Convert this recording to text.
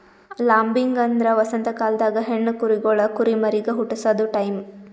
lambing ಅಂದ್ರ ವಸಂತ ಕಾಲ್ದಾಗ ಹೆಣ್ಣ ಕುರಿಗೊಳ್ ಕುರಿಮರಿಗ್ ಹುಟಸದು ಟೈಂ